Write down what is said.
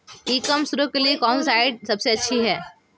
ई commerce के लिए कौनसी साइट सबसे अच्छी है?